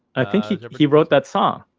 i think he, he wrote that. so um